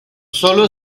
solo